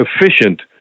efficient